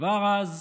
כבר אז,